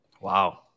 Wow